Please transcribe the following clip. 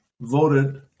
voted